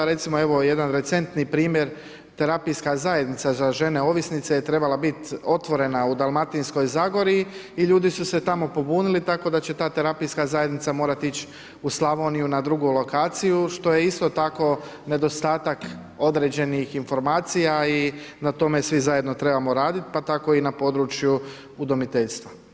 Recimo jedan recentni primjer terapijska zajednica za žene ovisnice je trebala biti otvorena u dalmatinskoj zagori i ljudi su se tamo pobunili tako da će ta terapijska zajednica morati ići u Slavoniju na drugu lokaciju, što je isto tako nedostatak određenih informacija i na tome svi zajedno trebamo radit pa tako i na području udomiteljstva.